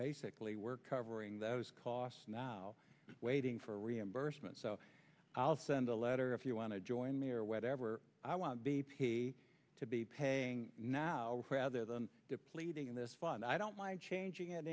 basically we're covering those costs now waiting for reimbursement so i'll send a letter if you want to join me or whatever i want b p to be paying now rather than depleting this fund i don't mind changing it